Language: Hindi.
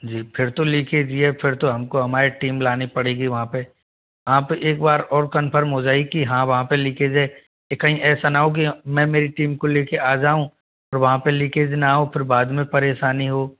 जी फिर तो लीकेज ही है फिर तो हमको हमारी टीम लानी पड़ेगी वहाँ पे आप एक बार और कंफर्म हो जाएगी कि हाँ वहाँ पे लीकेज है लेकिन ऐसा ना हो गया मैं मेरी टीम को लेके आ जाऊँ और वहाँ पे लीकेज ना हो फिर बाद में परेशानी हो